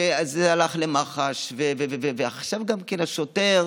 שאז זה הלך למח"ש, ועכשיו השוטר